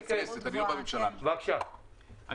בבקשה, איתי.